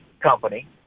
company